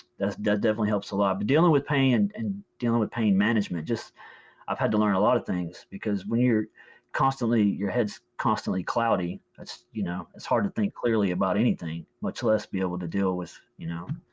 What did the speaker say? that that definitely helps a lot. but dealing with pain and and dealing with pain management, i've had to learn a lot of things because when you're constantly, your head's constantly cloudy it's you know it's hard to think clearly about anything, much less be able to deal with, you know.